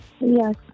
yes